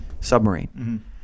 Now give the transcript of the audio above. submarine